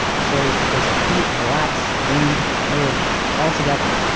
it's where you're supposed to eat, relax, read, live, altogether.